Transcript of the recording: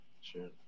sure